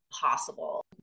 possible